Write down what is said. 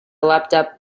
laptop